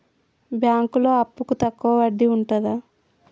బ్యాంకులలో అప్పుకు తక్కువ వడ్డీ ఉంటదా?